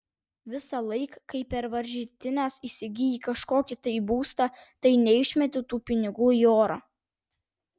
visąlaik kai per varžytines įsigyji kažkokį tai būstą tai neišmeti tų pinigų į orą